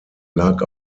lag